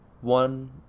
one